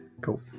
Cool